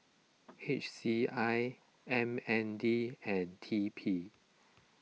H C I M N D and T P